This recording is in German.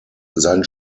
sein